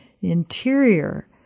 interior